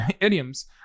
idioms